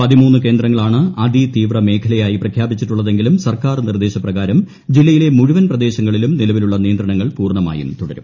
പതിമൂന്ന് കേന്ദ്രങ്ങളാണ് അതി തീവ്ര മേഖലയായി പ്രഖ്യാപിച്ചിട്ടുള്ളതെങ്കിലും സർക്കാർ നിർദേശപ്രകാരം ജില്ലയിലെ മ്മുഴൂപ്പിൻ പ്രദേശങ്ങളിലും നിലവിലുള്ള നിയന്ത്രണങ്ങൾ പൂർണ്മായും തുടരും